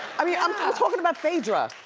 i mean, i'm talking about phaedra.